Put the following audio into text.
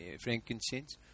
frankincense